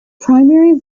primary